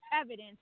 Evidence